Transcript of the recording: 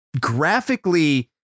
graphically